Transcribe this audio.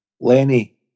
Lenny